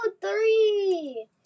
three